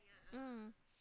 mm